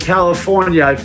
California